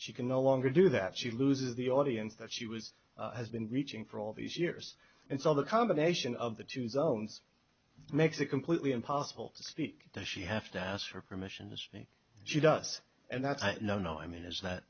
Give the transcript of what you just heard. she can no longer do that she loses the audience that she was has been reaching for all these years and so the combination of the two zones makes it completely impossible to speak to she have to ask her permission as she does and that's a no no i mean is that